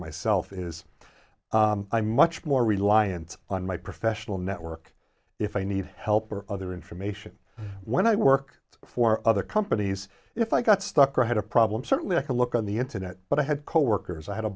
myself is i'm much more reliant on my professional network if i need help or other information when i work for other companies if i got stuck or had a problem certainly i can look on the internet but i had coworkers i had a